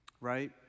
right